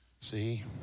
See